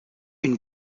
une